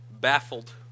baffled